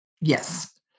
yes